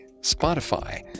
Spotify